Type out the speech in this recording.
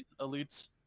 Elites